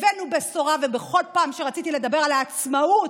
הבאנו בשורה, ובכל פעם שרציתי לדבר על העצמאות